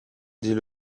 dit